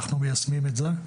אנחנו מיישמים את זה.